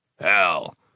Hell